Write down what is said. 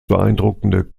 beeindruckende